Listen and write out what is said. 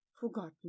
forgotten